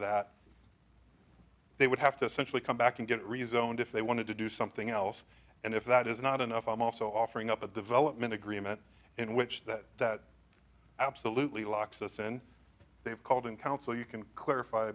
that they would have to essentially come back and get rezoned if they wanted to do something else and if that is not enough i'm also offering up a development agreement in which that absolutely locks us and they've called in council you can clarify